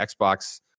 xbox